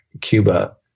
Cuba